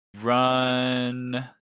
run